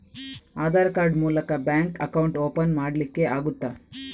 Aadhaar card ಮೂಲಕ bank account open ಮಾಡಲಿಕ್ಕೆ ಆಗುತಾ?